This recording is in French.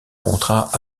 contrat